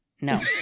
No